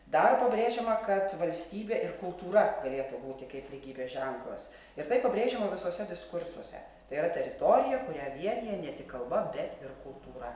dar pabrėžiama kad valstybė ir kultūra galėtų būti kaip lygybės ženklas ir tai pabrėžiama visuose diskursuose tai yra teritorija kurią vienija ne tik kalba bet ir kultūra